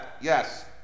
Yes